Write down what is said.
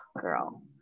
girl